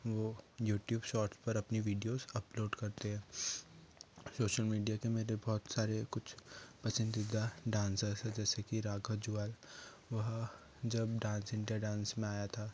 वो YouTube shorts पर अपनी वीडियोस अपलोड करते हैं सोशल मीडिया के मेरे बहुत सारे कुछ पसंदीदा डांसर्स हैं जैसे कि राघव जुआल वह जब डांस इंडिया डांस में आया था